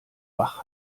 wach